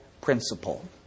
principle